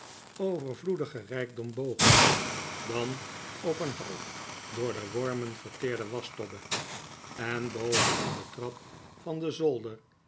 overvloedigen rijkdom bogen dan op een half door de wormen verteerde waschtobbe en boven aan de trap van den zolder